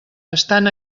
estan